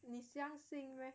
你相信 meh